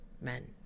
men